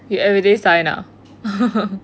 you everyday sign ah